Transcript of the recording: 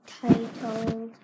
titled